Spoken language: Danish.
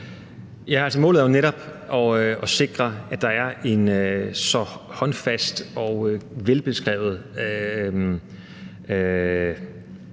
er jo netop at sikre, at der er en så håndfast og velbeskrevet